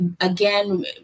again